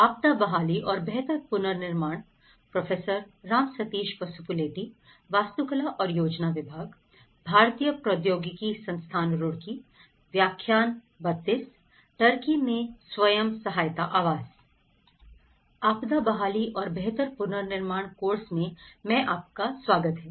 आपदा बहाली और बेहतर पुनर्निर्माण कोर्स में में आपका स्वागत है